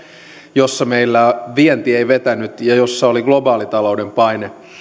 jossa meillä vienti ei vetänyt ja jossa oli globaalitalouden paine